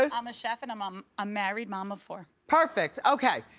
i'm um a chef and um um a married mom of four. perfect, okay.